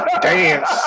dance